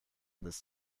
this